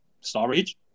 storage